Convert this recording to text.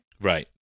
Right